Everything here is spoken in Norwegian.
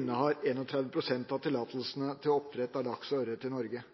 innehar 31 pst. av tillatelsene til oppdrett av laks og ørret i Norge.